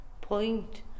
point